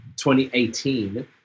2018